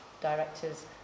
directors